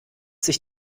sich